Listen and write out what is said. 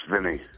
Vinny